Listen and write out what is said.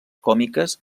còmiques